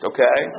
Okay